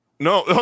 No